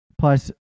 Plus